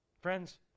Friends